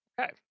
Okay